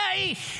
זה האיש.